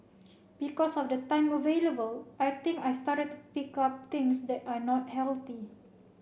because of the time available I think I started to pick up things that are not healthy